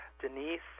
Denise